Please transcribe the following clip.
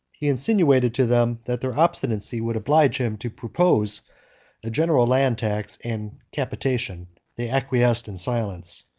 he insinuated to them, that their obstinacy would oblige him to propose a general land tax and capitation. they acquiesced in silence.